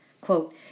Quote